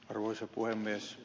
arvoisa puhemies